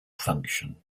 function